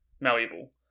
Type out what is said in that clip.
malleable